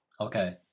Okay